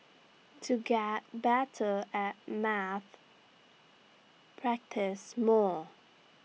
to get better at maths practise more